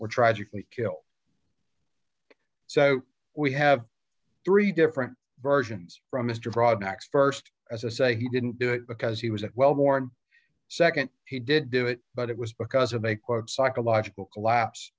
were tragically killed so we have three different versions from mr drawbacks st as i say he didn't do it because he was a well worn nd he did do it but it was because of a quote psychological collapse